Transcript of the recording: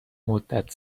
مدت